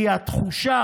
כי התחושה,